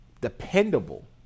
dependable